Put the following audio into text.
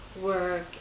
work